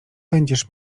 będziesz